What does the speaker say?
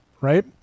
right